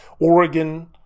Oregon